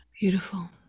beautiful